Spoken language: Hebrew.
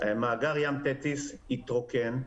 מאגר ים תטיס התרוקן,